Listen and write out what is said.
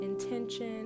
intention